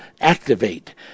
activate